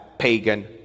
Pagan